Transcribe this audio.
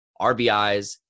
RBIs